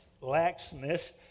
laxness